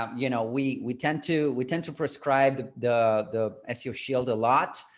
um you know, we, we tend to, we tend to prescribe the the ah seo shield a lot,